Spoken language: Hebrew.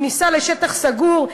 כניסה לשטח סגור,